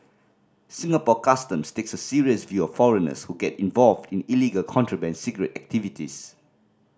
Singapore Customs takes a serious view of foreigners who get involved in illegal contraband cigarette activities